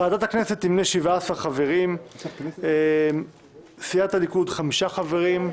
ועדת הכנסת תמנה 17 חברים: סיעת הליכוד חמישה חברים: